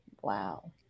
Wow